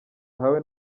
ahawe